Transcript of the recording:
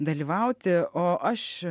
dalyvauti o aš